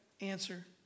answer